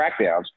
crackdowns